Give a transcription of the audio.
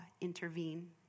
intervene